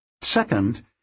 Second